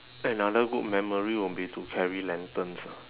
another good memory will be to carry lanterns ah